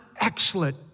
excellent